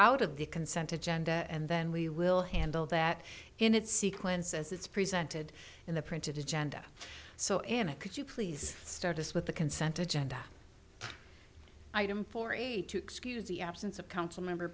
out of the consent to gender and then we will handle that in its sequence as it's presented in the printed agenda so ana could you please start us with the consent agenda item four eight to excuse the absence of council member